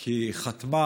כי היא חתמה,